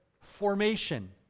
formation